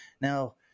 Now